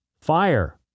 Fire